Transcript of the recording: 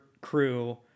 crew